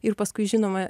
ir paskui žinoma